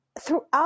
throughout